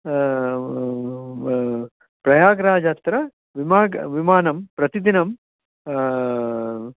प्रयाग्राजात्रा विमानं विमानं प्रतिदिनम्